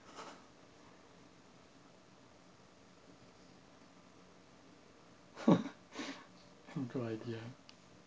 good idea